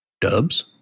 Dubs